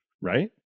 right